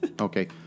Okay